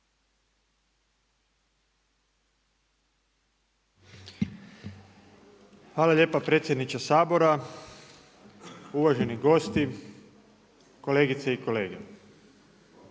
Hvala lijepa predsjedniče Sabora. Uvaženi gosti, kolegice i kolege.